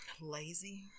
lazy